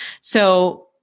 So-